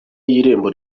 y’irembo